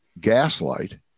gaslight